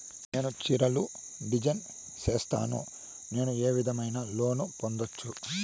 నేను చీరలు డిజైన్ సేస్తాను, నేను ఏ విధమైన లోను పొందొచ్చు